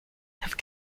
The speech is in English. have